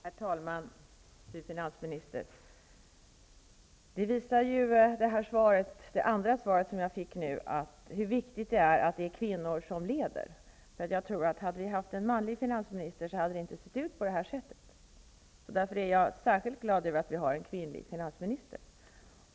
Herr talman, fru finansminister! Det andra svaret som jag fick visar ju hur viktigt det är att det är kvinnor som leder. Jag tror att det inte hade sett ut på det här sättet, om vi hade haft en manlig finansminister. Därför är jag särskilt glad över att vi har en kvinnlig finansminister.